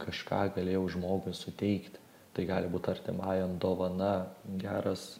kažką galėjau žmogui suteikti tai gali būt artimajam dovana geras